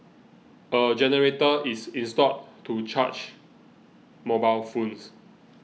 a generator is installed to charge mobile phones